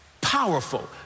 powerful